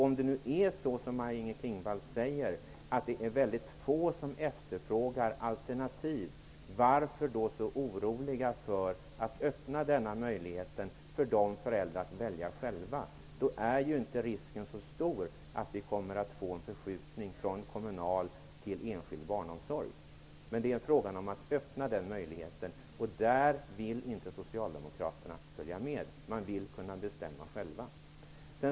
Om det nu är som Maj-Inger Klingvall säger att det är få som efterfrågar alternativ, varför är ni då så oroliga för att öppna möjligheten för föräldrarna att välja själva? Då är ju inte risken så stor att det blir en förskjutning från kommunal till enskild barnomsorg. Det är fråga om att öppna den möjligheten. Där vill inte Socialdemokraterna följa med. De vill kunna bestämma själva.